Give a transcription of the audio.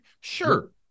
Sure